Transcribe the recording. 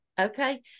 Okay